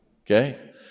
Okay